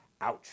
Ouch